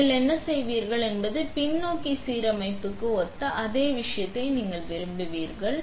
எனவே நீங்கள் என்ன செய்வீர்கள் என்பது பின்னோக்கி சீரமைப்புக்கு ஒத்த அதே விஷயத்தை நீங்கள் விரும்புவீர்கள்